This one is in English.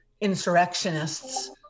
insurrectionists